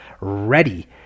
ready